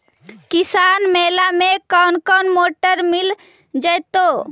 किसान मेला में कोन कोन मोटर मिल जैतै?